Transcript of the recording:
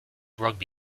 rugby